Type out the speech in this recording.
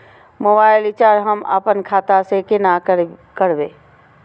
Mobile recharge हम आपन खाता से कोना करबै?